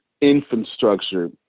infrastructure